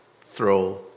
throw